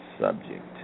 subject